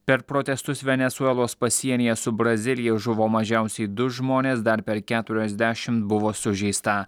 per protestus venesuelos pasienyje su brazilija žuvo mažiausiai du žmonės dar per keturiasdešimt buvo sužeista